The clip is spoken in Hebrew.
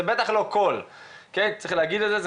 זה בטח לא כולם וצריך להגיד את זה,